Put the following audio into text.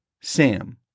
Sam